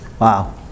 Wow